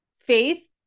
faith